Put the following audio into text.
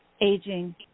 aging